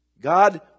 God